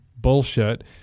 bullshit